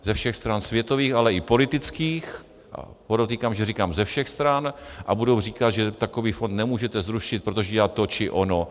Ze všech stran světových, ale i politických, podotýkám, že říkám ze všech stran, a budou říkat, že takový fond nemůžete zrušit, protože dělá to či ono.